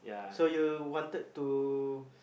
so you wanted to